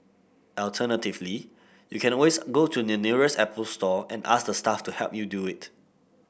alternatively you can always go to your nearest Apple Store and ask the staff to help you do it